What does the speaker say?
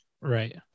right